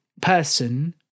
person